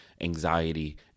anxiety